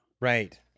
Right